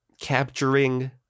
capturing